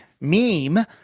meme